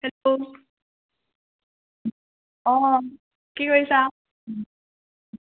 hello অ কি কৰিছা